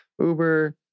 Uber